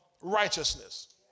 righteousness